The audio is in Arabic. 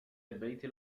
البيت